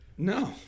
No